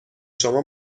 شما